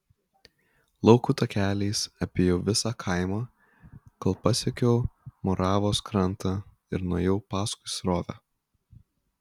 laukų takeliais apėjau visą kaimą kol pasiekiau moravos krantą ir nuėjau paskui srovę